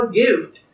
gift